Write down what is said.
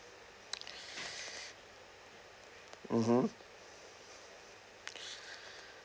mmhmm